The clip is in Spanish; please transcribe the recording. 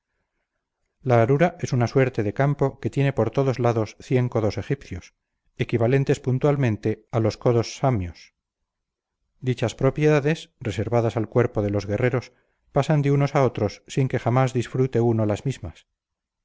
la arura es una suerte de campo que tiene por todos lados cien codos egipcios equivalentes puntualmente a los codos samios dichas propiedades reservadas al cuerpo de los guerreros pasan de unos a otros sin que jamás disfrute uno las mismas